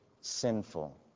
sinful